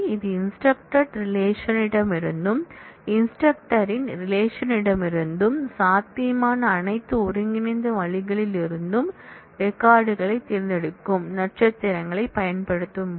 எனவே இது instructed relation டமிருந்தும் இன்ஸ்ட்ரக்டர் ன் ரிலேஷன்டமிருந்தும் சாத்தியமான அனைத்து ஒருங்கிணைந்த வழிகளிலிருந்தும் ரெக்கார்ட் களைத் தேர்ந்தெடுக்கும் நட்சத்திரத்தைப் பயன்படுத்தினால்